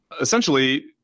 essentially